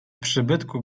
przybytku